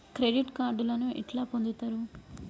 Credit కార్డులను ఎట్లా పొందుతరు?